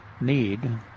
need